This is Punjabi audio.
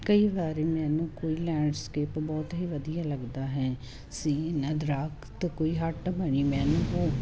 ਕਈ ਵਾਰ ਮੈਨੂੰ ਕੋਈ ਲੈਂਡਸਕੇਪ ਬਹੁਤ ਹੀ ਵਧੀਆ ਲੱਗਦਾ ਹੈ ਸੀਨ ਦਰੱਖਤ ਕੋਈ ਹੱਟ ਬਣੀ ਮੈਨੂੰ ਬਹੁ